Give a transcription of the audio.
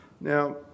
Now